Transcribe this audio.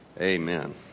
Amen